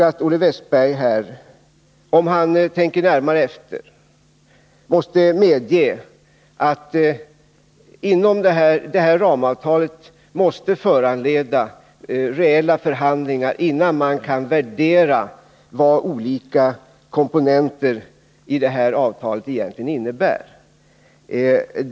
Om Olle Wästberg tänker närmare efter, får han väl ändå medge att det här aktuella avtalet måste föranleda reella förhandlingar innan man kan värdera vad olika komponenter i avtalet egentligen innebär.